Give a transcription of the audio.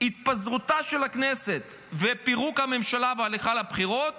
התפזרותה של הכנסת ופירוק הממשלה והליכה לבחירות